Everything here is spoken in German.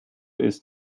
ist